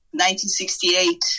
1968